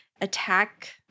attack